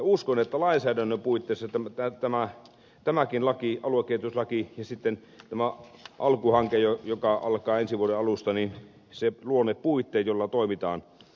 uskon että lainsäädännön puitteissa tämäkin aluekehityslaki ja tämä alku hanke joka alkaa ensi vuoden alusta luovat ne puitteet joissa toimitaan